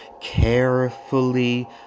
carefully